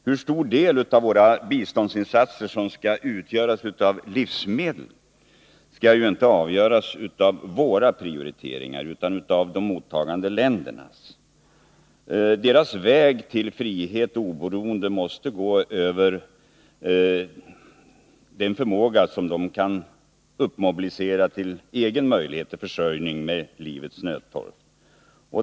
Hur stor del av våra biståndsinsatser som skall utgöras av livsmedel skall inte avgöras av våra prioriteringar utan av de mottagande ländernas. Deras väg till frihet och oberoende måste gå över den förmåga som de kan mobilisera till egen försörjning med livets nödtorft.